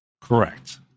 Correct